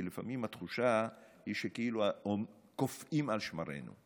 כי לפעמים התחושה היא שכאילו קופאים על שמרינו.